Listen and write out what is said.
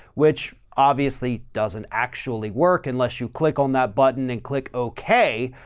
which obviously doesn't actually work unless you click on that button and click okay,